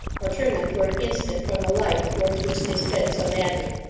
or turn them, for an instant, from the light towards which they sped so madly.